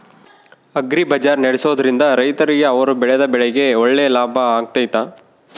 Agri Bazaar ನಡೆಸ್ದೊರಿಂದ ರೈತರಿಗೆ ಅವರು ಬೆಳೆದ ಬೆಳೆಗೆ ಒಳ್ಳೆ ಲಾಭ ಆಗ್ತೈತಾ?